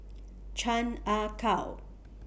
Chan Ah Kow